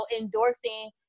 endorsing